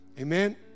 Amen